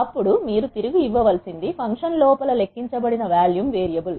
అప్పుడు మీరు తిరిగి ఇవ్వవలసింది ఫంక్షన్ లోపల లెక్కించబడిన వాల్యూమ్ వేరియబుల్